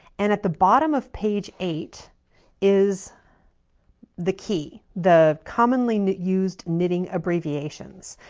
and at the bottom of page eight is the key, the commonly used knitting abbreviations.